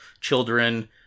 children